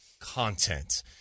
content